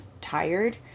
tired